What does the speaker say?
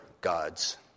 gods